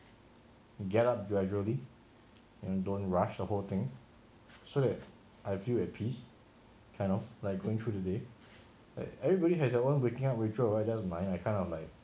get up gradually and don't rush the whole thing so that I feel at peace kind of like going through today like everybody has their own waking ritual not just mine right kind of like